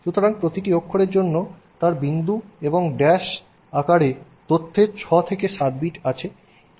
সুতরাং প্রতিটি অক্ষরের জন্য তার বিন্দু এবং ড্যাশ আকারে তথ্যের 6 7 বিট আছে